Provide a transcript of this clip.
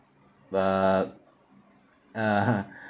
about ah